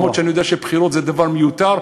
אני יודע שבחירות זה דבר מיותר,